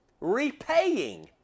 Repaying